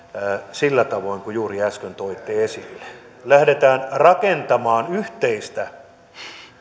sillä tavoin kuin juuri äsken toitte esille lähdetään rakentamaan yhteistä